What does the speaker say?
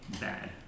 Bad